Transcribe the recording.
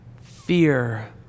Fear